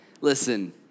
listen